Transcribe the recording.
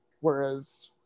whereas